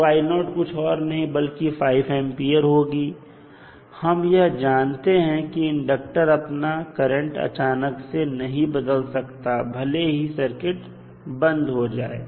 तो कुछ और नहीं बल्कि 5 A होगी और हम यह जानते हैं कि इंडक्टर अपना करंट अचानक से नहीं बदल सकता भले ही सर्किट बंद हो जाए